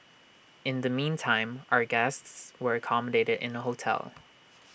in the meantime our guests were accommodated in A hotel